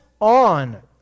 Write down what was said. on